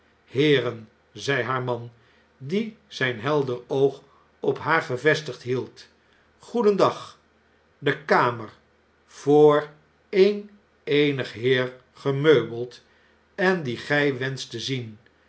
heeren zei haar man die zijn helder oog op haar gevestigd hield goedendag de kamer voor een ee'nig heer gemeubeld en die gjj wenscht te zien